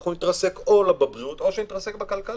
אנחנו נתרסק בבריאות או בכלכלה.